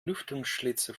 lüftungsschlitze